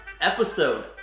episode